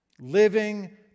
Living